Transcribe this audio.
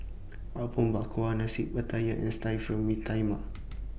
Apom Berkuah Nasi Wattaya and Stir Fry Mee Tai Mak